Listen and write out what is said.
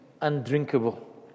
undrinkable